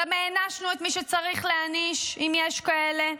וגם הענשנו את מי שצריך להעניש אם יש כאלה,